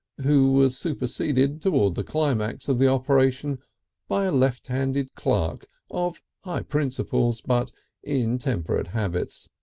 who was superseded towards the climax of the operation by a left-handed clerk of high principles but intemperate habits